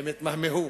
הם התמהמהו,